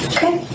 Okay